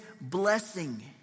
blessing